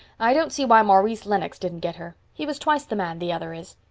i don't see why maurice lennox didn't get her. he was twice the man the other is.